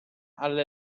alle